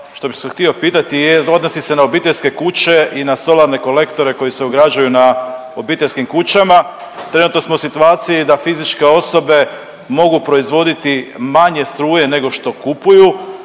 što bi vas htio pitati je odnosi se na obiteljske kuće i solarne kolektore koji se ugrađuju na obiteljskim kućama. Trenutno smo u situaciji da fizičke osobe mogu proizvoditi manje struje nego što kupuju